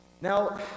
Now